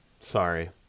Sorry